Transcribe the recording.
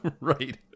Right